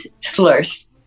slurs